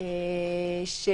נוספים,